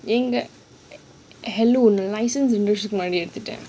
எங்க:enga hello license ரெண்டு வர்ஷத்துக்கு முன்னாடி எடுத்துட்டேன்:rendu warshathukku munnadi eduthuttan